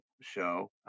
show